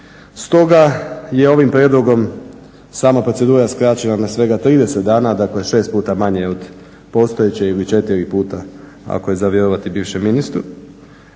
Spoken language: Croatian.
Stoga je ovim prijedlogom sama procedura skraćena na svega 30 dana, dakle šest puta manje od postojeće ili četiri puta ako je za vjerovati bivšem ministru.